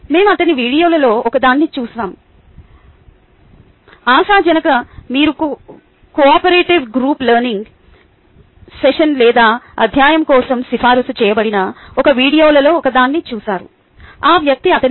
మేము అతని వీడియోలలో ఒకదాన్ని చూసాము ఆశాజనక మీరు కోఆపరేటివ్ గ్రూప్ లెర్నింగ్ సెషన్ లేదా అధ్యాయం కోసం సిఫారసు చేయబడిన అతని వీడియోలలో ఒకదాన్ని చూసారు ఆ వ్యక్తి అతనే